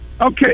Okay